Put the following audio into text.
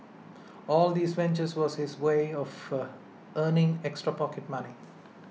all these ventures was his way of a earning extra pocket money